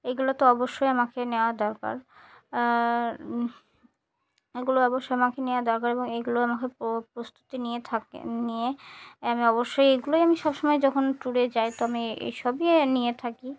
এগুলো তো অবশ্যই আমাকে নেওয়া দরকার এগুলো অবশ্যই আমাকে নেওয়া দরকার এবং এইগুলো আমাকে প্র প্রস্তুতি নিয়ে থাকে নিয়ে আমি অবশ্যই এগুলোই আমি সবসময় যখন ট্যুরে যাই তো আমি এই সবই নিয়ে থাকি